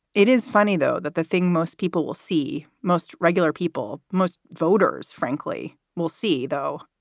it is funny, though, that the thing most people will see, most regular people, most voters, frankly, will see, though,